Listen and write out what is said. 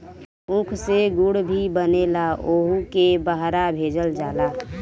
ऊख से गुड़ भी बनेला ओहुके बहरा भेजल जाला